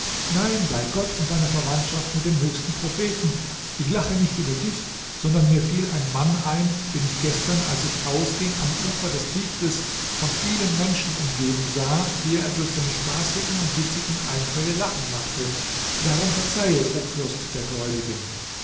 nein bei gott und deiner verwandtschaft mit dem höchsten propheten ich lache nicht über dich sondern mir fiel ein mann ein den ich gestern als ich ausging am ufer des tigris von vielen menschen umgeben sah die er durch seine spassigen und witzigen einfälle lachen machte darum verzeihe o fürst der gläubigen